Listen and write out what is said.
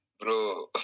bro